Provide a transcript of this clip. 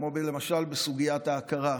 כמו למשל בסוגיית ההכרה,